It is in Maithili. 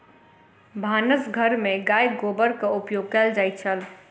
भानस घर में गाय गोबरक उपयोग कएल जाइत छल